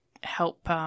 help, –